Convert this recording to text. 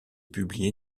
publiées